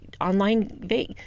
Online